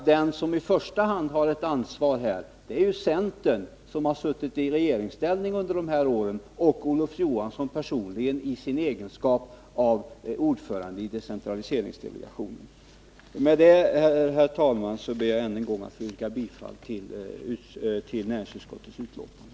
Den som i första hand har ett ansvar här är centern, som har varit i regeringsställning under de här åren, och Olof Johansson personligen i sin egenskap av ordförande i decentraliseringsdelegationen. Med detta, herr talman, ber jag att än en gång få yrka bifall till näringsutskottets hemställan.